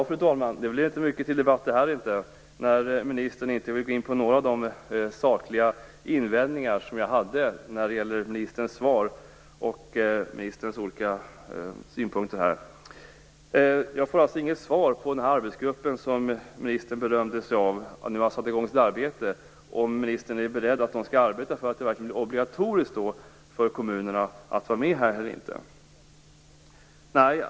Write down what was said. Fru talman! Det blir inte mycket till debatt när ministern inte vill gå in på några av de sakliga invändningar som jag hade mot ministerns svar och synpunkter. Ministern berömde sig för att en arbetsgrupp nu har fått i gång sitt arbete, men jag får inte något svar på frågan om ministern är beredd att arbeta för att det skall vara obligatoriskt för kommunerna att vara med i rättsdatasystemet.